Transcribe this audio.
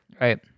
Right